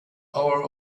hour